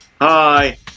Hi